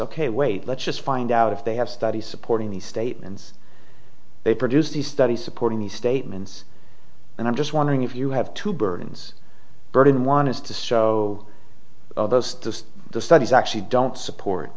ok wait let's just find out if they have studies supporting these statements they produce these studies supporting these statements and i'm just wondering if you have to burton's burden one is to show those to the studies actually don't support